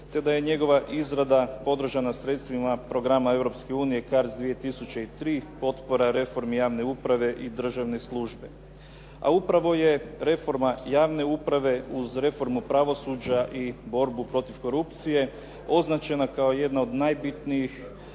te da je njegova izrada podržana sredstvima programa Europske unije CARDS 2003. potpora reformi javne uprave i državne službe. A upravo je reforma javne uprave uz reformu pravosuđa i borbu protiv korupcije označena kao jedna od najbitnijih,